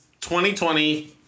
2020